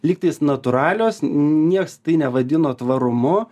lygtais natūralios nieks tai nevadino tvarumu